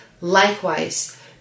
Likewise